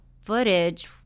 footage